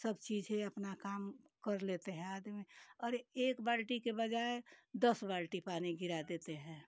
सब चीज़ें अपना काम कर लेते हैं आदमी और एक बाल्टी के बजाय दस बाल्टी पानी गिरा देते हैं